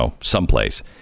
someplace